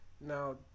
Now